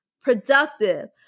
productive